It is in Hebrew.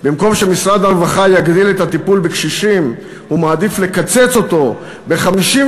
במקום שמשרד הרווחה יגדיל את הטיפול בקשישים הוא מעדיף לקצץ אותו ב-53%,